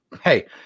Hey